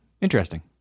Interesting